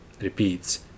repeats